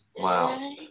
Wow